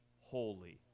holy